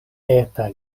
eta